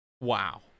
wow